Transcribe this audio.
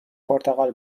پرتغال